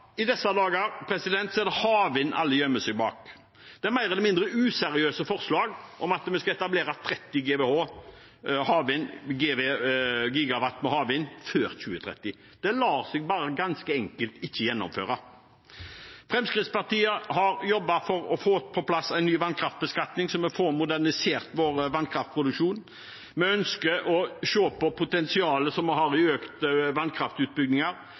i disse dager er det havvind alle gjemmer seg bak. Det er mer eller mindre useriøse forslag om at vi skal etablere 30 gigawatt med havvind før 2030. Det lar seg ganske enkelt ikke gjennomføre. Fremskrittspartiet har jobbet for å få på plass en ny vannkraftbeskatning så vi får modernisert vår vannkraftproduksjon. Vi ønsker å se på potensialet som vi har i økt